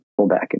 pullback